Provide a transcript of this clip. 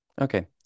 okay